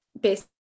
based